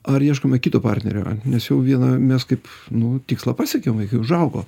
ar ieškome kito partnerio ar nes jau vieną mes kaip nu tikslą pasiekėm vaikai užaugo